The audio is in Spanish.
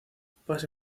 papas